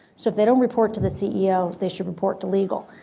so if they don't report to the ceo, they should report to legal,